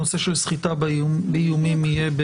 הנושא של סחיטה באיומים יהיה,